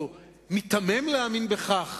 או מיתמם להאמין בכך,